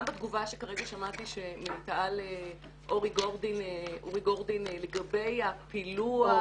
בתגובה שכרגע שמעתי של תא"ל אורי גורדין לגבי הפילוח,